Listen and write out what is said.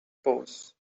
pose